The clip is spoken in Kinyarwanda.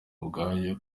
ubwayo